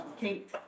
Kate